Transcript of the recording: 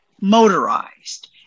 motorized